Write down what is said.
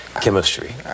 chemistry